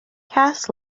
cass